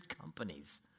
companies